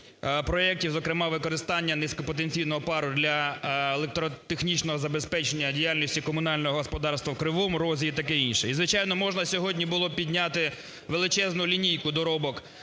проектів, зокрема, використання низько-потенційного пару для електротехнічного забезпечення діяльності комунального господарства в Кривому Розі і таке інше. І, звичайно, можна сьогодні було підняти величезну лінійку доробок